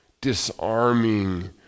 disarming